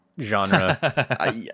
genre